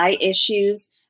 issues